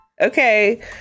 Okay